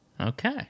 Okay